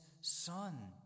Son